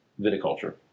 viticulture